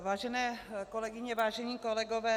Vážené kolegyně, vážení kolegové.